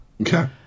Okay